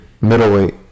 Middleweight